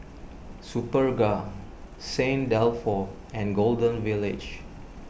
Superga Saint Dalfour and Golden Village